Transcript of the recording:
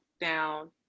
down